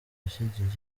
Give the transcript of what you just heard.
yashyingiye